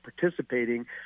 participating